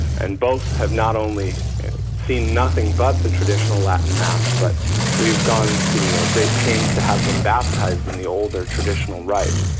and both have not only seen nothing but the traditional latin mass, but we've gone to ah great pains to have them baptized in the older traditional rite,